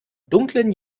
dunklen